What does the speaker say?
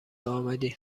آمدی